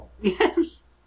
Yes